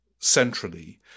centrally